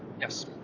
Yes